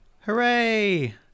Hooray